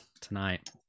tonight